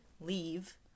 leave